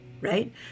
right